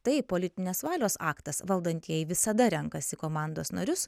tai politinės valios aktas valdantieji visada renkasi komandos narius